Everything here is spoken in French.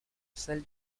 celle